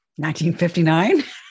1959